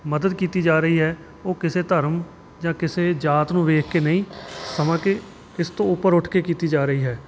ਮਦਦ ਕੀਤੀ ਜਾ ਰਹੀ ਹੈ ਉਹ ਕਿਸੇ ਧਰਮ ਜਾਂ ਕਿਸੇ ਜਾਤ ਨੂੰ ਵੇਖ ਕੇ ਨਹੀਂ ਸਮਾ ਕਿ ਇਸ ਤੋਂ ਉੱਪਰ ਉੱਠ ਕੇ ਕੀਤੀ ਜਾ ਰਹੀ ਹੈ